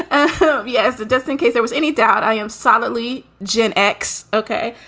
um yes. just in case there was any doubt. i am solidly gen x. okay.